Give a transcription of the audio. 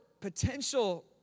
potential